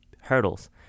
hurdles